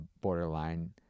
borderline